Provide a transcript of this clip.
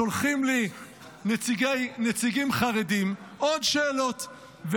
שולחים לי נציגים חרדים עוד שאלות.